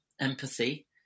empathy